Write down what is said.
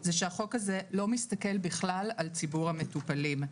זה שהחוק הזה לא מסתכל בכלל על ציבור המטופלים,